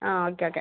ആ okay okay